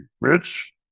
Rich